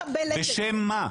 בשם מה?